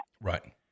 right